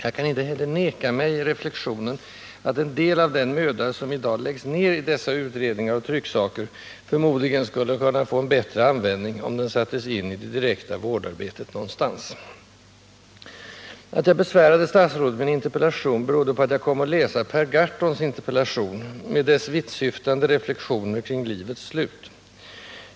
Jag kan inte heller neka mig reflexionen att en del av den möda som i dag läggs ned i dessa utredningar och trycksaker förmodligen skulle kunna få bättre användning, om den sattes in i det direkta vårdarbetet någonstans. Att jag besvärade statsrådet med en interpellation berodde på att jag kom att läsa Per Gahrtons interpellation med dess vittsyftande reflexioner kring livets slut.